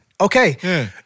Okay